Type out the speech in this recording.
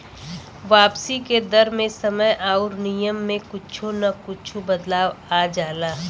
वापसी के दर मे समय आउर नियम में कुच्छो न कुच्छो बदलाव आ जाला